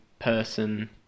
person